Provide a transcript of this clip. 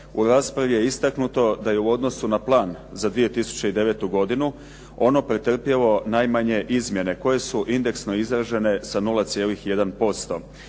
u raspravi je istaknuto da je u odnosu na plan za 2009. godinu ono pretrpjelo najmanje izmjene koje su indeksno izražene sa 0,1%.